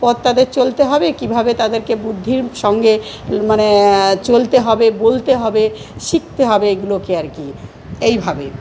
পথ তাদের চলতে হবে কীভাবে তাদেরকে বুদ্ধির সঙ্গে মানে চলতে হবে বলতে হবে শিখতে হবে এগুলোকে আর কি এইভাবে